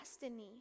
destiny